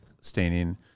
staining